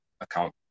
account